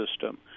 system